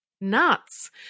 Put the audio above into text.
Nuts